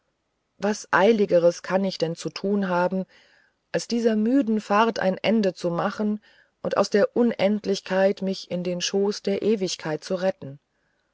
was eiligeres kann ich denn zu tun haben als dieser müden fahrt ein ende zu machen und aus der unendlichkeit mich in den schoß der ewigkeit zu retten